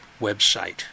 website